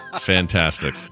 Fantastic